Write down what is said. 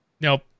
nope